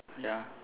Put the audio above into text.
ya